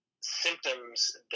symptoms